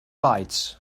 lights